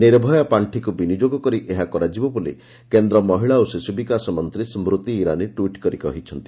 ନିର୍ଭୟା ପାଣ୍ଟିକୁ ବିନିଯୋଗ କରି ଏହା କରାଯିବ ବୋଲି କେନ୍ଦ୍ ମହିଳା ଓ ଶିଶୁ ବିକାଶ ମନ୍ତୀ ସ୍ଦୁତି ଇରାନୀ ଟ୍ୱିଟ୍ କରି କହିଛନ୍ତି